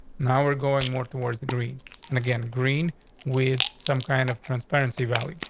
now we're going more towards the green and again green with some kind of transparency valley,